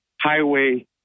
highway